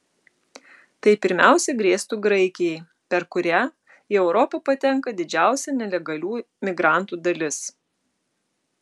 tai pirmiausia grėstų graikijai per kurią į europą patenka didžiausia nelegalių migrantų dalis